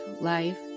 life